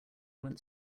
went